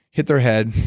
hit their head